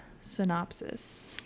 synopsis